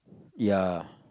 ya